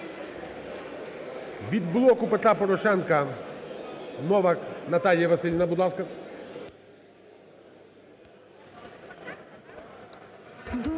Від "Блоку Петра Порошенка" – Новак Наталія Василівна. Будь ласка.